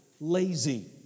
lazy